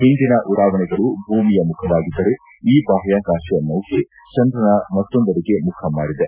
ಒಂದಿನ ಉಡಾವಣೆಗಳು ಭೂಮಿಯ ಮುಖವಾಗಿದ್ದರೆ ಈ ಬಾಹ್ಕಾಕಾಶ ನೌಕೆ ಚಂದ್ರನ ಮತ್ತೊಂದೆಡೆಗೆ ಮುಖ ಮಾಡಿದೆ